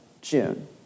June